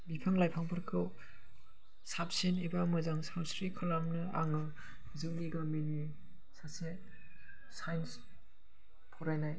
बिफां लाइफांफोरखौ साबसिन एबा मोजां सानस्रि खालामनो आङो जोंनि गामिनि सासे साइन्स फरायनाय